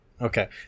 Okay